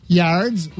yards